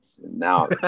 now